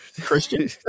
Christian